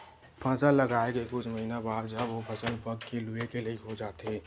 फसल लगाए के कुछ महिना बाद जब ओ फसल पक के लूए के लइक हो जाथे